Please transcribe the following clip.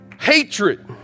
hatred